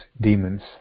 demons